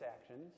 actions